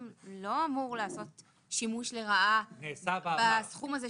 לא אמור לעשות שימוש לרעה בסכום הזה,